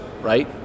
right